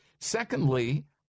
Secondly